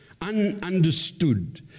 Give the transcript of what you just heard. ununderstood